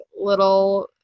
little